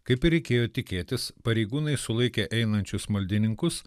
kaip ir reikėjo tikėtis pareigūnai sulaikė einančius maldininkus